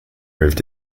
moved